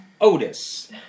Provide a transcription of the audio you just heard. Otis